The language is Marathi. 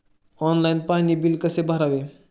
ऑनलाइन पाणी बिल कसे भरावे?